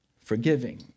forgiving